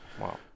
Wow